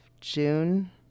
June